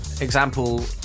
example